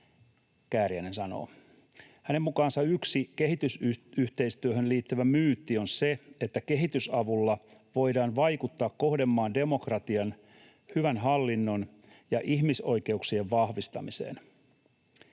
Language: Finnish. Kääriäinen sanoo. Hänen mukaansa yksi kehitysyhteistyöhön liittyvä myytti on se, että kehitysavulla voidaan vaikuttaa kohdemaan demokratian, hyvän hallinnon ja ihmisoikeuksien vahvistamiseen.